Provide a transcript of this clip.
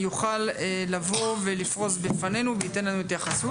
יוכל לבוא ולפרוס בפנינו ולתת לנו התייחסות.